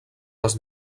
les